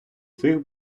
цих